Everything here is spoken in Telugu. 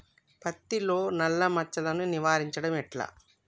పత్తిలో నల్లా మచ్చలను నివారించడం ఎట్లా?